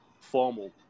formal